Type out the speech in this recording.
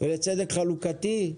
ולצדק חלוקתי.